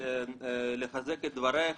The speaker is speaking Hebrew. רק לחזק את דברייך,